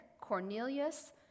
Cornelius